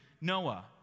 Noah